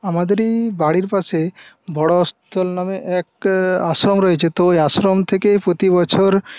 আমাদের এই বাড়ির পাশে বড় অস্তল নামে এক আশ্রম রয়েছে তো ওই আশ্রম থেকে প্রতি বছর